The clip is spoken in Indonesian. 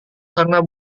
karena